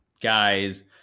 guys